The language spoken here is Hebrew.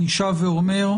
אני שב ואומר,